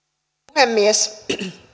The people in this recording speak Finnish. puhemies